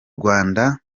rwanda